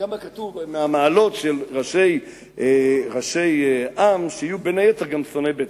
כתוב שאחת המעלות של ראשי עם היא שיהיו בין היתר גם שונאי בצע.